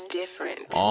different